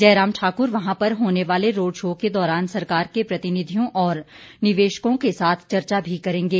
जयराम ठाक्र वहां पर होने वाले रोडशो के दौरान सरकार के प्रतिनिधियों और निवेशकों के साथ चर्चा भी करेंगे